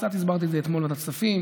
קצת הסברתי את זה אתמול בוועדת הכספים,